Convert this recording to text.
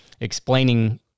explaining –